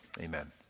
amen